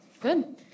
Good